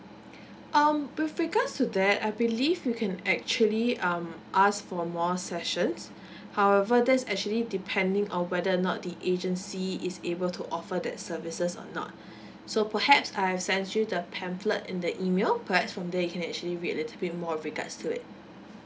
um with regards to that I believe you can actually um ask for more sessions however that's actually depending on whether or not the agency is able to offer that services or not so perhaps I've sent you the pamphlet in the email perhaps from there you can actually read a little bit more in regards to it